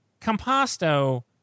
Composto